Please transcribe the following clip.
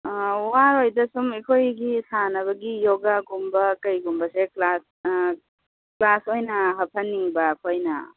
ꯋꯥꯔꯣꯏꯗ ꯁꯨꯝ ꯑꯩꯈꯣꯏꯒꯤ ꯁꯥꯅꯕꯒꯤ ꯌꯣꯒ ꯒꯨꯝꯕ ꯀꯩꯒꯨꯝꯕꯁꯦ ꯀ꯭ꯂꯥꯁ ꯀ꯭ꯂꯥꯁ ꯑꯣꯏꯅ ꯍꯥꯞꯐꯟꯅꯤꯡꯕ ꯑꯩꯈꯣꯏꯅ